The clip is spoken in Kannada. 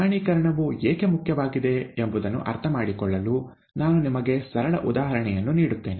ಪ್ರಮಾಣೀಕರಣವು ಏಕೆ ಮುಖ್ಯವಾಗಿದೆ ಎಂಬುದನ್ನು ಅರ್ಥಮಾಡಿಕೊಳ್ಳಲು ನಾನು ನಿಮಗೆ ಸರಳ ಉದಾಹರಣೆಯನ್ನು ನೀಡುತ್ತೇನೆ